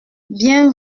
bien